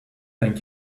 thank